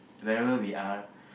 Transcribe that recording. wherever we are